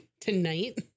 Tonight